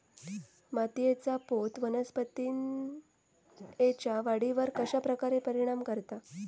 मातीएचा पोत वनस्पतींएच्या वाढीवर कश्या प्रकारे परिणाम करता?